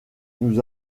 nous